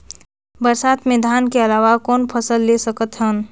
बरसात मे धान के अलावा कौन फसल ले सकत हन?